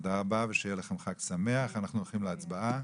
תודה רבה ושיהיה להם חג שמח, אנחנו הלכים להצבעה.